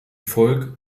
volk